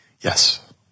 Yes